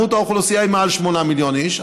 והאוכלוסייה מונה מעל שמונה מיליון איש,